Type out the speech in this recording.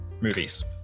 movies